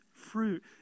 fruit